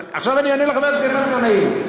אבל עכשיו אני עונה לחבר הכנסת גנאים.